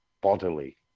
bodily